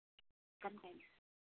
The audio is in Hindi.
कम नहीं